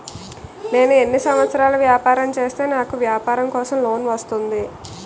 నేను ఎన్ని సంవత్సరాలు వ్యాపారం చేస్తే నాకు వ్యాపారం కోసం లోన్ వస్తుంది?